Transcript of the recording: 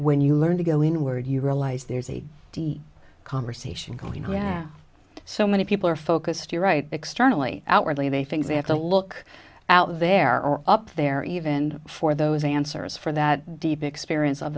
when you learn to go inward you realise there's a deep conversation going oh yeah so many people are focused here right externally outwardly they think they have to look out there or up there even for those answers for that deep experience of